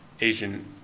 Asian